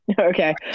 okay